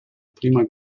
prima